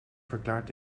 verklaart